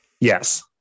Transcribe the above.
Yes